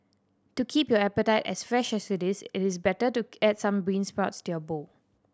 to keep your appetite as fresh as it is it is better to add some bean sprouts to your bowl